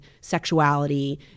sexuality